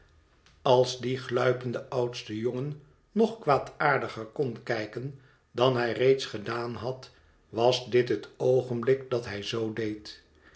als die gluipende oudste jongen nog kwaadaardiger kon kijken dan hij reeds gedaan had was dit het oogenblik dat hij zoo deed